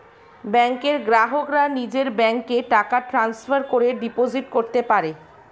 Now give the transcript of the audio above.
ব্যাংকের গ্রাহকরা নিজের ব্যাংকে টাকা ট্রান্সফার করে ডিপোজিট করতে পারে